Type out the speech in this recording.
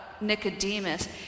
Nicodemus